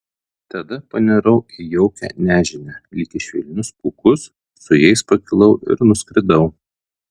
tada panirau į jaukią nežinią lyg į švelnius pūkus su jais pakilau ir nuskridau